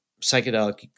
psychedelic